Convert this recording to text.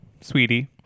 sweetie